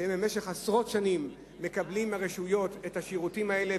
שבמשך עשרות שנים מקבלות מהרשויות את השירותים האלה,